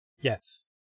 yes